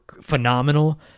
phenomenal